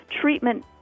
treatment